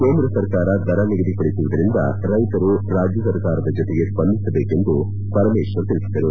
ಕೇಂದ್ರ ಸರ್ಕಾರ ದರ ನಿಗದಿಪಡಿಸುವುದರಿಂದ ರೈತರು ರಾಜ್ಜಸರ್ಕಾರ ಜೊತೆಗೆ ಸ್ವಂದಿಸಬೇಕಿದೆ ಎಂದು ಪರಮೇಶ್ವರ್ ತಿಳಿಸಿದರು